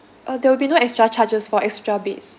uh there will be no extra charges for extra beds